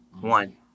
One